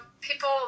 people